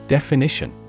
Definition